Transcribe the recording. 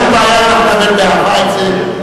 נקבל באהבה את זה,